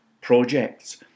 projects